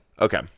Okay